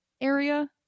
area